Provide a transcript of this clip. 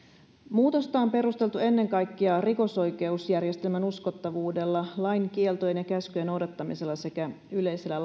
muutosta on perusteltu ennen kaikkea rikosoikeusjärjestelmän uskottavuudella lain kieltojen ja käskyjen noudattamisella sekä yleisellä